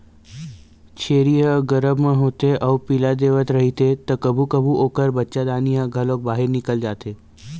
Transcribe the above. छेरी ह गरभ म होथे अउ पिला देवत रहिथे त कभू कभू ओखर बच्चादानी ह घलोक बाहिर निकल जाथे